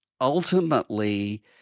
ultimately